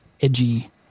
edgy